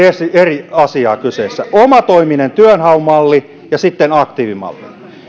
eri asiaa kyseessä omatoimisen työnhaun malli ja sitten aktiivimalli